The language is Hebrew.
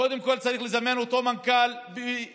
קודם כול צריך לזמן את אותו מנכ"ל בדחיפות,